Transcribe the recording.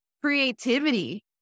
creativity